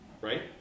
right